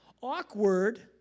Awkward